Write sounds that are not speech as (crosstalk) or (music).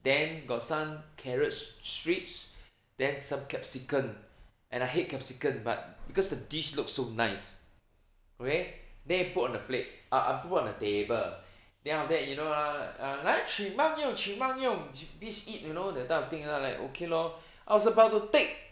then got some carrots st~ strips (breath) then some capsicum and I hate capsicum but because the dish looks so nice okay then they put on the plate uh uh put on the table (breath) then after that you know lah uh 来请慢用请慢用 please eat you know that type of thing lah like okay lor (breath) I was about to take